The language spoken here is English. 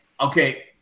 Okay